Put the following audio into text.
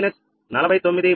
03 49